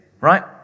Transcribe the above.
right